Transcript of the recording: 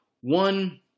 One